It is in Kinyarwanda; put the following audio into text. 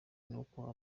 n’uko